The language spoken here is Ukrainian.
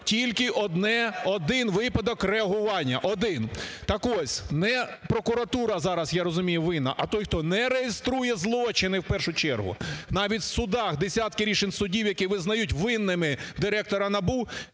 тільки один випадок реагування – один. Так ось, не прокуратура зараз, я розумію, винна, а той, хто не реєструє злочини, в першу чергу. Навіть в судах десятки рішень судів, які визнають винними директора НАБУ,